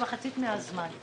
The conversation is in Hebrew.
מחצית מהזמן ברכבת.